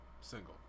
single